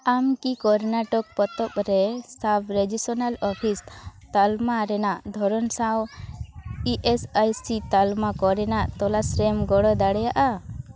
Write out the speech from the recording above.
ᱟᱢᱠᱤ ᱠᱚᱨᱱᱟᱴᱚᱠ ᱯᱚᱛᱚᱵ ᱨᱮ ᱥᱟᱵ ᱨᱮᱡᱤᱥᱚᱱᱟᱞ ᱚᱯᱷᱤᱥ ᱛᱟᱞᱢᱟ ᱨᱮᱱᱟᱜ ᱫᱷᱚᱨᱚᱱ ᱥᱟᱶ ᱤ ᱮᱥ ᱟᱭ ᱥᱤ ᱛᱟᱞᱢᱟ ᱠᱚᱨᱮᱱᱟᱜ ᱛᱚᱞᱟᱥ ᱨᱮᱢ ᱜᱚᱲᱚ ᱫᱟᱲᱮᱭᱟᱜᱼᱟ